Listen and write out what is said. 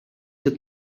the